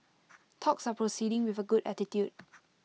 talks are proceeding with A good attitude